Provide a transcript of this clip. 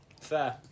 Fair